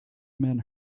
men